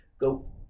go